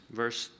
verse